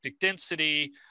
density